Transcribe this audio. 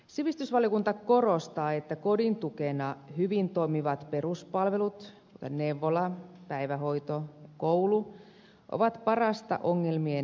sivistysvaliokunta korostaa että kodin tukena hyvin toimivat peruspalvelut kuten neuvola päivähoito koulu ovat parasta ongelmien ennaltaehkäisyä